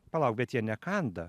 palauk bet jie nekanda